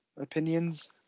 opinions